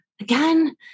again